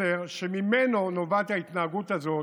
מסר שממנו נובעת ההתנהגות הזאת,